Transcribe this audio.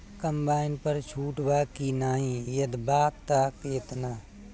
Combine पर छूट बा की नाहीं यदि बा त केतना?